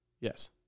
Yes